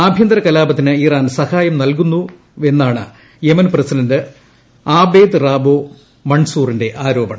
ആഭ്യന്തര കലാപത്തിന് ഇറാൻ സഹായം നൽകുന്നുവെന്നാണ് യമൻ പ്രസിഡന്റ് ആബേദ് റാബോ മൺസൂറിന്റെ ആരോപണം